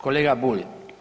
Kolega Bulj.